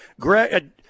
Greg